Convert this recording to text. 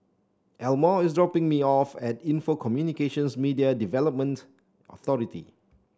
Elmore is dropping me off at Info Communications Media Development Authority